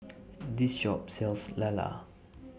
This Shop sells Lala